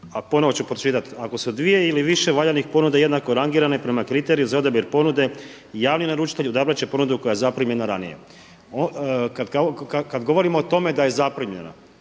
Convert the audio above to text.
a ponovno ću pročitati: „Ako su dvije ili više valjanih ponuda jednako rangirane prema kriteriju za odabir ponude javni naručitelj odabrati će ponudu koja je zaprimljena ranije.“. Kada govorimo o tome da je zaprimljena,